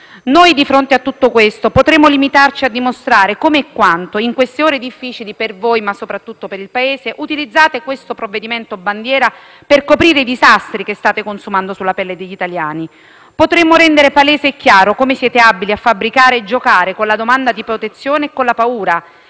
Noi, di fronte a tutto questo, potremmo limitarci a dimostrare come e quanto, in queste ore difficili per voi ma soprattutto per il Paese, utilizzate questo provvedimento bandiera per coprire i disastri che state consumando sulla pelle degli italiani. Potremmo rendere palese e chiaro come siete abili a fabbricare e giocare con la domanda di protezione e con la paura,